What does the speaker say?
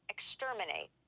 Exterminate